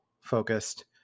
focused